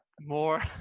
more